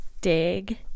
dig